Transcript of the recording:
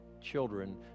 children